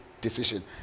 decision